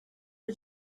the